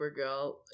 Supergirl